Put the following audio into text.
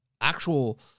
actual